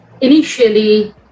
initially